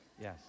yes